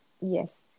Yes